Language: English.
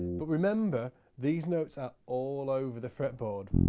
but, remember these notes are all over the fret board.